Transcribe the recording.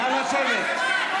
נא לשבת.